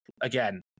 Again